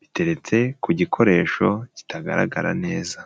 biteretse ku gikoresho kitagaragara neza.